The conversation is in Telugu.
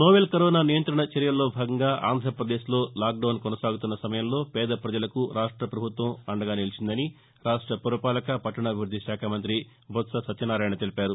నోవెల్ కరోనా నియంత్రణ చర్యల్లో భాగంగా ఆంధ్రపదేశ్లో లాక్డౌన్ కొనసాగుతున్న సమయంలో పేద పజలకు రాష్ట్ర ప్రభుత్వం అండగా నిలిచిందని రాష్ట పురపాలక పట్లణాభివృద్ధి శాఖ మంతి బొత్స సత్యనారాయణ తెలిపారు